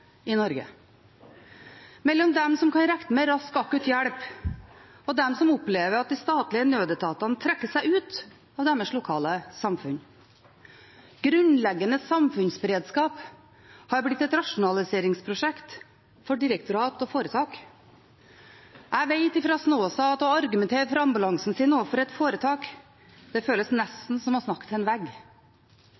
i Norge – mellom dem som kan regne med rask akutt hjelp, og dem som opplever at de statlige nødetatene trekker seg ut av deres lokale samfunn. Grunnleggende samfunnsberedskap har blitt et rasjonaliseringsprosjekt for direktorat og foretak. Jeg vet fra Snåsa at å argumentere for ambulansen sin overfor et foretak føles nesten som å snakke til en vegg. Det